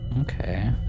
Okay